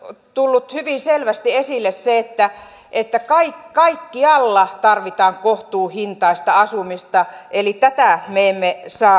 on tullut hyvin selvästi esille se että kaikkialla tarvitaan kohtuuhintaista asumista eli tätä me emme saa unohtaa